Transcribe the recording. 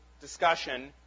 discussion